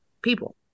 people